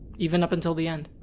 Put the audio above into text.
even up until the end.